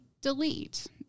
delete